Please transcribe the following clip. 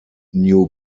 new